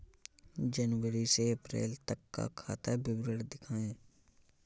जनवरी से अप्रैल तक का खाता विवरण दिखाए?